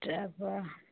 তাৰ পৰা